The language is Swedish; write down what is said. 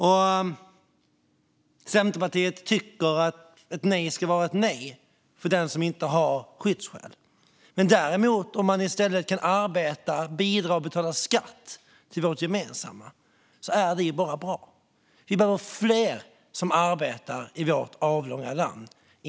Centerpartiet tycker att ett nej ska vara ett nej för den som inte har skyddsskäl, men kan man arbeta, bidra och betala skatt till vårt gemensamma är det bara bra. Vi behöver fler, inte färre, som arbetar i vårt avlånga land.